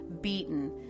beaten